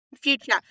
Future